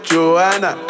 Joanna